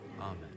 Amen